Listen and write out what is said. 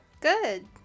Good